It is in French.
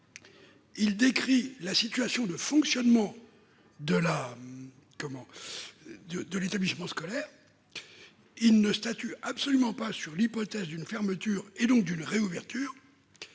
décrit la situation de fonctionnement de l'établissement scolaire, mais ne statue absolument pas sur l'hypothèse d'une fermeture et donc d'une réouverture.